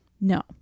No